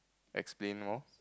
explain more